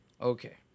okay